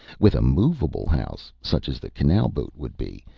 with a movable house, such as the canal-boat would be,